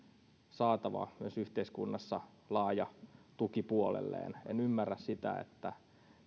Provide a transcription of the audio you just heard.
saatava myös yhteiskunnassa laaja tuki puolelleen en ymmärrä sitä että